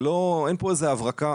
אין פה איזה הברקה,